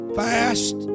fast